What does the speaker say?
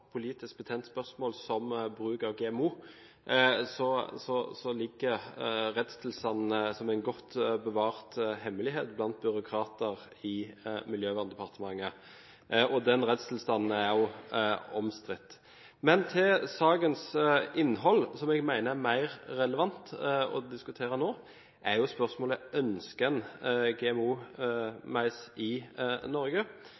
betent spørsmål som bruk av GMO, så ligger rettstilstandene som en godt bevart hemmelighet blant byråkrater i Miljøverndepartementet. Den rettstilstanden er også omstridt. Men til sakens innhold, som jeg mener er mer relevant å diskutere nå: Spørsmålet er jo om en ønsker GMO-mais i Norge.